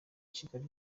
kigali